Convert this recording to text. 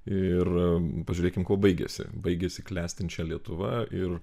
ir pažiūrėkim kuo baigėsi baigėsi klestinčia lietuva ir